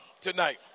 tonight